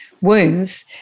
wounds